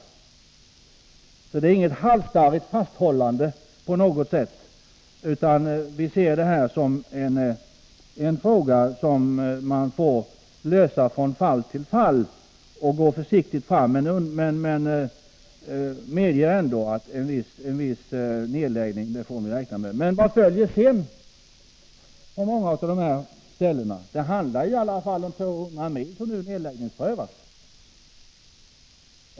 Det är alltså inget halsstarrigt fasthållande på något sätt, utan vi ser detta som en fråga som man får lösa från fall till fall och gå försiktigt fram. Vi medger att man ändå får räkna med en viss nedläggning. Men vad följer sedan på många av de här platserna? Det handlar i alla fall om 200 mil som nu nedläggningsprövas.